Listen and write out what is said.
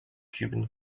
cuban